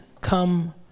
Come